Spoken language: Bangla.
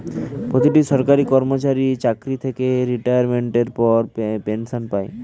প্রতিটি সরকারি কর্মচারী চাকরি থেকে রিটায়ারমেন্টের পর পেনশন পায়